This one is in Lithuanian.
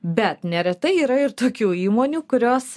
bet neretai yra ir tokių įmonių kurios